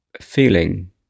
feeling